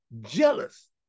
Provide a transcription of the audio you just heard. jealous